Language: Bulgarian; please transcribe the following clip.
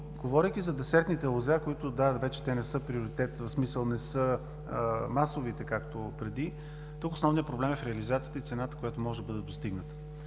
Говорейки за десертните лозя, които – да, вече те не са приоритет, в смисъл не са масови, както преди, тук основният проблем е в реализацията и цената, която може да бъде достигната.